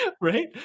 Right